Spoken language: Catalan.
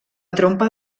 trompa